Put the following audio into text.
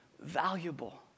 valuable